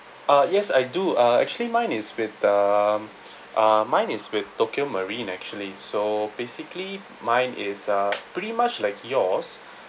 uh yes I do uh actually mine is with the uh mine is with Tokio Marine actually so basically mine is uh pretty much like yours